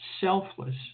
selfless